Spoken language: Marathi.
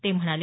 ते म्हणाले